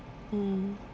mm